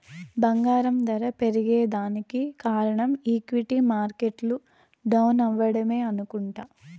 బంగారం దర పెరగేదానికి కారనం ఈక్విటీ మార్కెట్లు డౌనవ్వడమే అనుకుంట